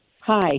hi